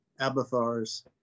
Abathar's